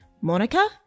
monica